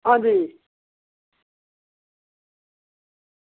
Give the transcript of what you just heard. आं जी